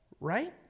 right